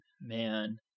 Man